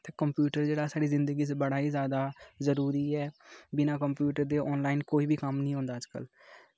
ते कंप्यूटर जेह्ड़ा साढ़ी जिंदगी च बड़ा ई ज्यादा जरूरी ऐ बिना कंप्यूटर दे आनलाइन कोई बी कम्म निं होंदा अज्जकल